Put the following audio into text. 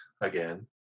again